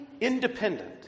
independent